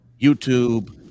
YouTube